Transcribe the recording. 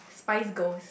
Spice-Girls